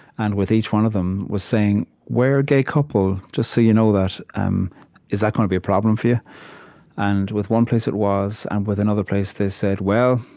and with each one of them was saying, we're a gay couple, just so you know that. um is that gonna be a problem for you? and with one place it was, and with another place they said, well,